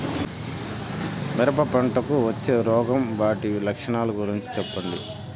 మిరప పంటకు వచ్చే రోగం వాటి లక్షణాలు గురించి చెప్పండి?